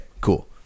cool